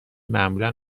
معمولا